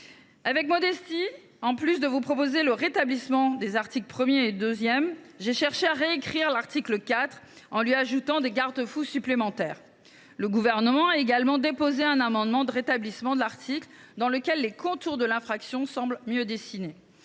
Avec modestie, je vous proposerai de rétablir les articles 1 et 2. J’ai en outre cherché à réécrire l’article 4, en introduisant des garde fous supplémentaires. Le Gouvernement a également déposé un amendement de rétablissement de cet article, dans lequel les contours de l’infraction semblent mieux dessinés.